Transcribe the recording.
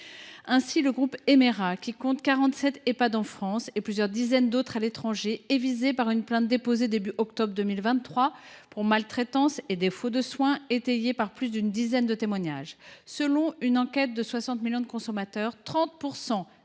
Ainsi le groupe Emera, qui compte quarante sept Ehpad en France et plusieurs dizaines d’autres à l’étranger, est il visé par une plainte déposée début octobre 2023 pour maltraitance et défaut de soins, étayée par plus d’une dizaine de témoignages. Selon une enquête de 60 millions de consommateurs, 30